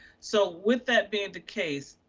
so with that being the case,